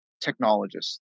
technologists